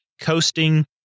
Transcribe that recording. coasting